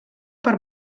per